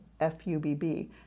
F-U-B-B